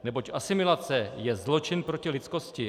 Neboť asimilace je zločin proti lidskosti.